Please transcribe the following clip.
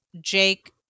Jake